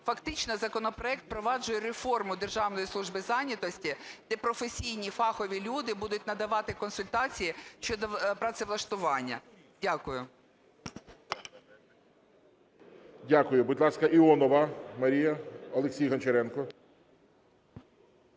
фактично законопроект впроваджує реформу Державної служби зайнятості, де професійні, фахові люди будуть надавати консультації щодо працевлаштування. Дякую. ГОЛОВУЮЧИЙ. Дякую. Будь ласка, Іонова Марія. Олексій Гончаренко.